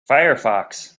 firefox